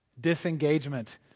disengagement